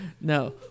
No